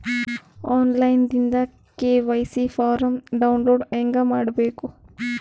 On line ದಿಂದ KYC form download ಹೇಂಗ ಮಾಡಬೇಕು?